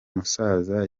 musaza